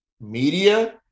media